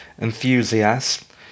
enthusiast